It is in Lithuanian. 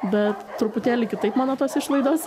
bet truputėlį kitaip mano tos išlaidos